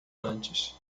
antes